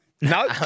No